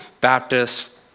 Baptists